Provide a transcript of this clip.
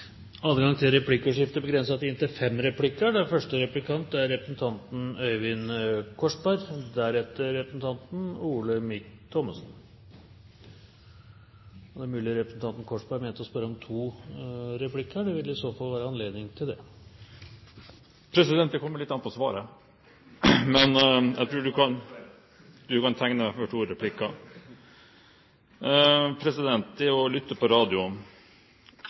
er mulig representanten Korsberg mente å spørre om to replikker, det vil i så fall være anledning til det. Det kommer litt an på svaret, president. Presidenten var redd for det. Man kan tegne seg for to replikker. Det å lytte på radio